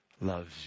loves